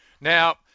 Now